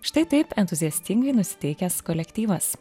štai taip entuziastingai nusiteikęs kolektyvas